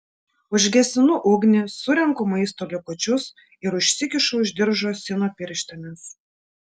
užgesinu ugnį surenku maisto likučius ir užsikišu už diržo sino pirštines